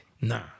Nah